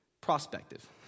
Prospective